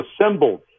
assembled